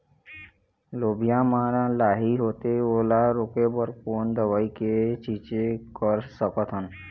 लोबिया मा लाही होथे ओला रोके बर कोन दवई के छीचें कर सकथन?